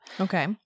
Okay